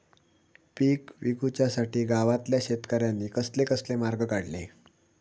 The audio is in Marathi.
पीक विकुच्यासाठी गावातल्या शेतकऱ्यांनी कसले कसले मार्ग काढले?